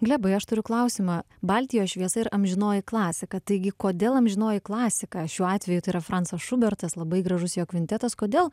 glebai aš turiu klausimą baltijos šviesa ir amžinoji klasika taigi kodėl amžinoji klasika šiuo atveju tai yra francas šubertas labai gražus jo kvintetas kodėl